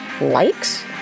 likes